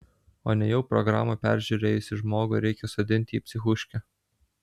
o nejau programą peržiūrėjusį žmogų reikia sodinti į psichuškę